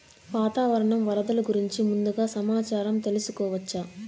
వాతావరణం వరదలు గురించి ముందుగా సమాచారం తెలుసుకోవచ్చా?